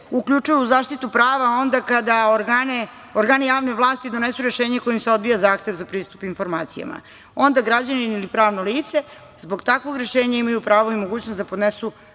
uključuje u zaštitu prava onda kada organi javne vlasti donesu rešenje kojim se odbija zahtev za pristup informacijama. Onda građani ili pravno lice zbog takvog rešenja imaju pravo i mogućnost da podnesu